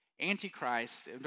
Antichrist